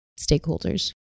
stakeholders